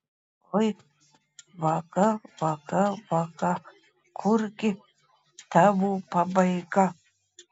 oi vaga vaga vaga kurgi tavo pabaiga